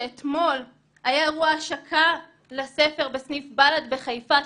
שאתמול היה אירוע השקה לספר בסניף בל"ד בחיפה,